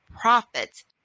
profits